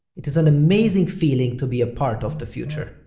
it is an amazing feeling to be a part of the future.